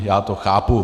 Já to chápu.